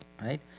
right